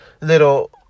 little